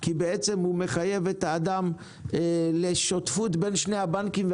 כי הוא מחייב את האדם לשותפות בין שני הבנקים,